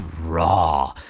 raw